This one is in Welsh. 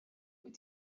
wyt